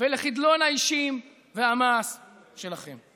ולחדלון האישים והמעש שלכם.